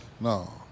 No